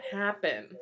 happen